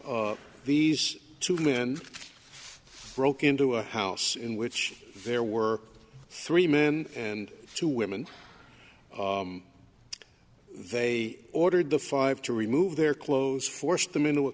these two men broke into a house in which there were three men and two women they ordered the five to remove their clothes forced them into a